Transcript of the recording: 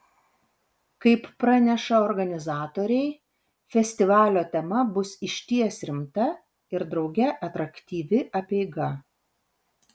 kaip praneša organizatoriai festivalio tema bus išties rimta ir drauge atraktyvi apeiga